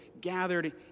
gathered